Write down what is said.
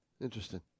Interesting